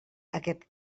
aquest